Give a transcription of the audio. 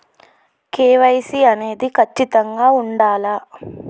KYC అనేది ఖచ్చితంగా ఉండాలా?